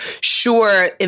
sure